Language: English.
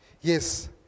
Yes